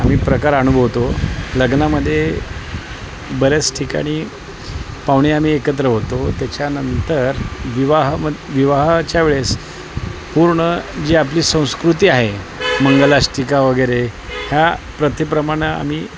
आम्ही प्रकार अनुभवतो लग्नामध्ये बऱ्याच ठिकाणी पाहुणे आम्ही एकत्र होतो त्याच्यानंतर विवाहम विवाहाच्या वेळेस पूर्ण जी आपली संस्कृती आहे मंगलाष्टका वगैरे ह्या प्रथेप्रमाणं आम्ही